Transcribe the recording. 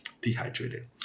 dehydrated